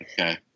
Okay